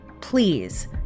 Please